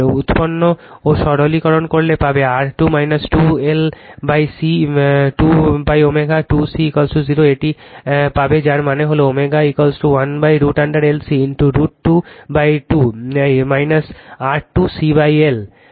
উৎপন্ন ও সরলীকরণ করলে পাবে R 2 2 LC 2ω 2 C 20 এটি পাবে যার মানে হল ω1√L C √22 R 2 CL